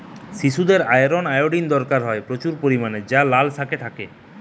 শিশুদের iron, iodine দরকার হয় প্রচুর পরিমাণে যা লাল শাকে থাকে